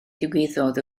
ddigwyddodd